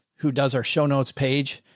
who does our show notes page,